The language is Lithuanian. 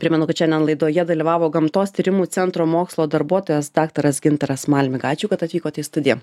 primenu kad šiandien laidoje dalyvavo gamtos tyrimų centro mokslo darbuotojas daktaras gintaras malmiga ačiū kad atvykote į studiją